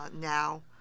now